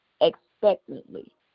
expectantly